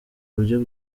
buryo